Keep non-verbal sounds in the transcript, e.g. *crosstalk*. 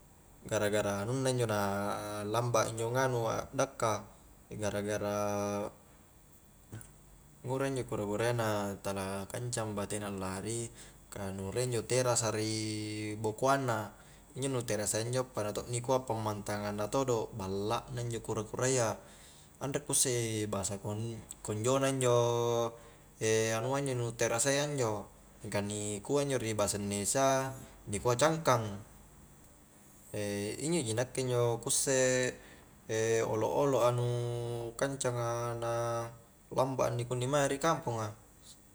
Gara-gara anunna injo na lamba injo nganu a'dakka, gara-gara ngura injo kura-kurayya tala kancang batena allari ka nu riek injo terasa ri bokoang na injo nu terasa iya injo pada to' nikua pammantangang na todo, balla na injo kura-kurayya anre ku isse i bahasa konjo na injo *hesitation* anua injo nu terasa iya injo, mingka nikua injo ri basa indonesia nikua cangkang *hesitation* injo ji nakke injo ku usse *hesitation* olo'-olo' a nu kancanga na lamba' a inni kunni mae ri kamponga